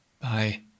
Bye